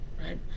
right